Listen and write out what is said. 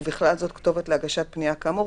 ובכלל זאת כתובת להגשת פנייה כאמור."